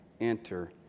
enter